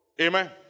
Amen